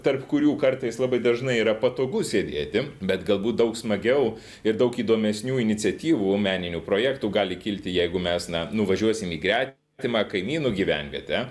tarp kurių kartais labai dažnai yra patogu sėdėti bet galbūt daug smagiau ir daug įdomesnių iniciatyvų meninių projektų gali kilti jeigu mes na nuvažiuosim į gre timą kaimynų gyvenvietę